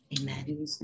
amen